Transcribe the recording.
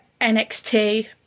NXT